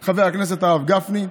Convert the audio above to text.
היה אז חבר הכנסת הרב גפני.